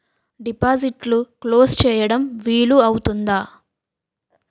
డిపాజిట్లు క్లోజ్ చేయడం వీలు అవుతుందా?